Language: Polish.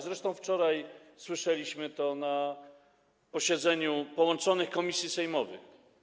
Zresztą wczoraj słyszeliśmy to na posiedzeniu połączonych komisji sejmowych.